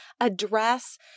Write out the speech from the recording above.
address